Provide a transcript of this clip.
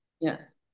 yes